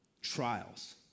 trials